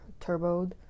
turboed